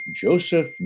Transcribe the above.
Joseph